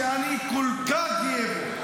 שאני כל כך גאה בו,